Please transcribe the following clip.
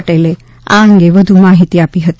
પટેલે આ અંગે વધુ માહિતી આપી હતી